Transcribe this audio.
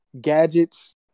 Gadgets